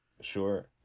Sure